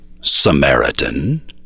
Samaritan